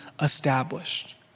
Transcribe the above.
established